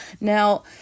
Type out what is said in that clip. Now